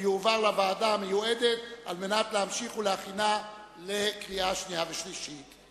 לוועדה המיועדת על מנת להמשיך ולהכינה לקריאה שנייה ולקריאה שלישית.